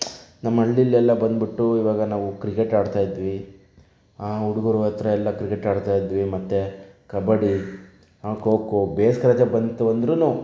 ನಮ್ಮ ಹಳ್ಳಿಯಲ್ಲೆಲ್ಲ ಬಂದುಬಿಟ್ಟು ಇವಾಗ ನಾವು ಕ್ರಿಕೆಟ್ ಆಡ್ತಾ ಇದ್ವಿ ಹುಡುಗರ ಹತ್ತಿರ ಎಲ್ಲ ಕ್ರಿಕೆಟ್ ಆಡ್ತಾ ಇದ್ವಿ ಮತ್ತು ಕಬಡ್ಡಿ ಖೋ ಖೋ ಬೇಸಿಗೆ ರಜೆ ಬಂತು ಅಂದರೂನು